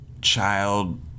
child